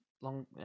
Long